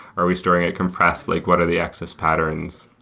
are we storing it compressed? like what are the axis patterns,